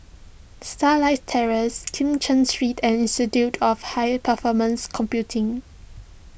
Starlight Terrace Kim Cheng Street and Institute of High Performance Computing